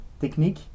technique